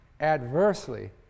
adversely